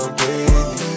baby